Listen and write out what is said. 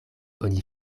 oni